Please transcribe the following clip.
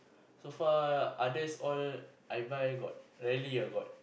so far others all I buy got rarely ah got